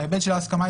ההיבט של ההסכמה,